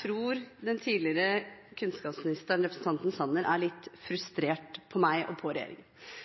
tror den tidligere kunnskapsministeren, representanten Sanner, er litt frustrert over meg og regjeringen